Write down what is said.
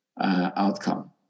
outcome